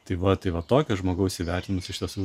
tai va tai va tokio žmogaus įvertinimas iš tiesų